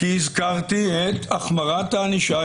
כי הזכרתי את החמרת הענישה,